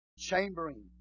chambering